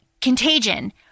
Contagion